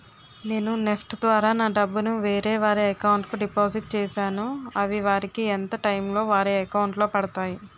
నేను నెఫ్ట్ ద్వారా నా డబ్బు ను వేరే వారి అకౌంట్ కు డిపాజిట్ చేశాను అవి వారికి ఎంత టైం లొ వారి అకౌంట్ లొ పడతాయి?